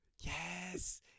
Yes